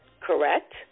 correct